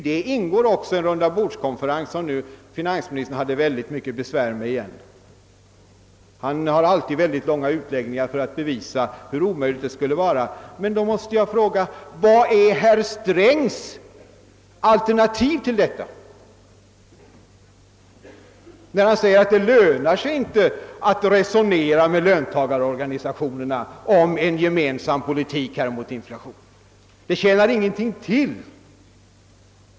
Däri ingår en rundabordskonferens, som finansministern nu återigen hade stort besvär med, Han använder sig alltid av långa utläggningar för att bevisa hur omöjligt det är att anordna en rundabordskonferens. Han säger att det inte lönar sig att resonera med löntagarorganisationerna om en gemensam Dpolitik mot inflationen.